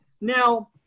Now